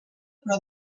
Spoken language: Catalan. però